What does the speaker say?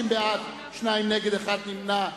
50 בעד, שניים נגד ונמנע אחד.